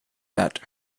that